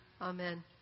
Amen